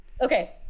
Okay